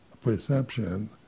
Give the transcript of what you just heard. perception